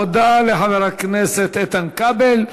תודה לחבר הכנסת איתן כבל.